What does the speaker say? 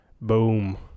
Boom